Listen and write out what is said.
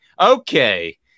okay